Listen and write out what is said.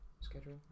Schedule